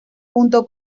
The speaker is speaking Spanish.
junto